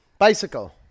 Bicycle